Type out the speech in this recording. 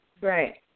Right